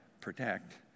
protect